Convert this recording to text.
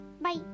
Bye